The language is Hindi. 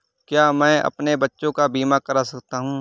क्या मैं अपने बच्चों का बीमा करा सकता हूँ?